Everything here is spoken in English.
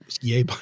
Yay